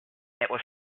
was